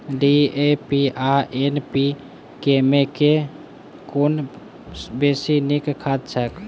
DAP आ NPK मे कुन बेसी नीक खाद छैक?